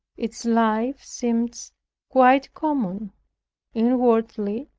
its life seems quite common inwardly,